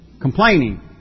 complaining